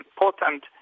important